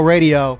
Radio